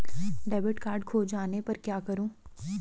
Debit card खो जाने पर क्या करूँ?